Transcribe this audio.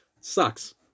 Sucks